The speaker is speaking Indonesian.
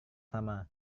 sama